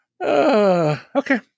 Okay